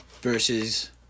versus